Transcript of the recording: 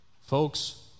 Folks